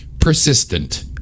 persistent